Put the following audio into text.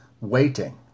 waiting